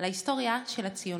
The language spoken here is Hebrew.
על ההיסטוריה של הציונות,